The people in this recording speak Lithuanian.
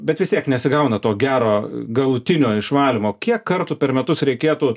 bet vis tiek nesigauna to gero galutinio išvalymo kiek kartų per metus reikėtų